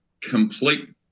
complete